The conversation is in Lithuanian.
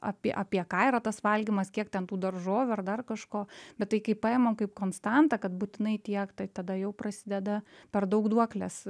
apie apie ką yra tas valgymas kiek ten tų daržovių ar dar kažko bet tai kaip paimam kaip konstantą kad būtinai tiek tai tada jau prasideda per daug duoklės